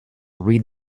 read